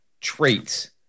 traits